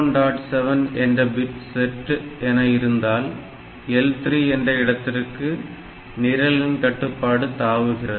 7 என்ற bit set என இருந்தால் L3 என்ற இடத்திற்கு நிரலின் கட்டுப்பாடு தாவுகிறது